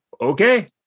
okay